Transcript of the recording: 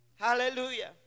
Hallelujah